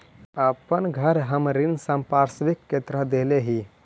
अपन घर हम ऋण संपार्श्विक के तरह देले ही